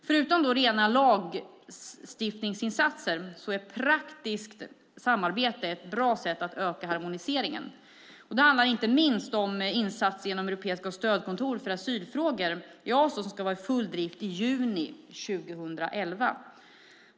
Förutom rena lagstiftningsinsatser är praktiskt samarbete ett bra sätt att öka harmoniseringen. Det handlar inte minst om insatser genom Europeiska stödkontoret för asylfrågor, EASO, som ska vara i full drift i juni 2011.